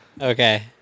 Okay